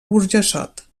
burjassot